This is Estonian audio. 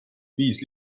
viis